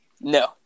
No